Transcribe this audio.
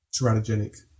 teratogenic